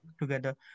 together